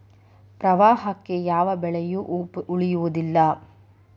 ಪ್ರವಾಹಕ್ಕೆ ಯಾವ ಬೆಳೆಯು ಉಳಿಯುವುದಿಲ್ಲಾ